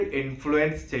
influence